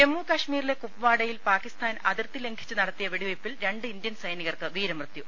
ജമ്മു കശ്മീരിലെ കുപ്വാഡയിൽ പാക്കിസ്ഥാൻ അതിർത്തി ലംഘിച്ച് നടത്തിയ വെടിവെയ്പിൽ രണ്ട് ഇന്ത്യൻ സൈനികർക്ക് വീരമൃത്യു